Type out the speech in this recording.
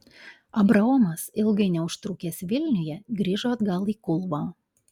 abraomas ilgai neužtrukęs vilniuje grįžo atgal į kulvą